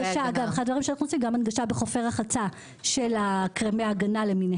הדברים שאנחנו עושים כוללים גם הנגשה בחופי הרחצה שאנחנו עוברים ביניהם.